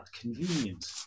convenient